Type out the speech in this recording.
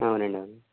అవునండి అవునండి